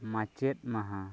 ᱢᱟᱪᱮᱫ ᱢᱟᱦᱟ